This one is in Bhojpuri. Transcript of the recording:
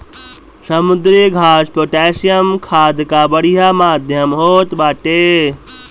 समुद्री घास पोटैशियम खाद कअ बढ़िया माध्यम होत बाटे